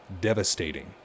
devastating